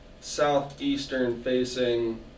southeastern-facing